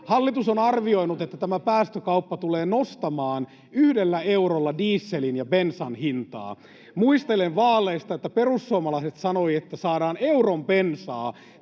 Hallitus on arvioinut, että tämä päästökauppa tulee nostamaan yhdellä eurolla dieselin ja bensan hintaa. Muistelen vaaleista, että perussuomalaiset sanoivat, että saadaan euron bensaa